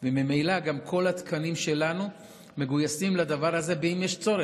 וממילא גם כל התקנים שלנו מגויסים לדבר הזה אם יש צורך,